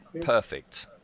perfect